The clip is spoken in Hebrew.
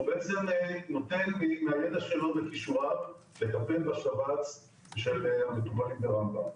בעצם הוא נותן לי את הידע שלו וכישוריו לטפל בשבץ של מטופלים ברמב"ם.